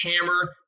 hammer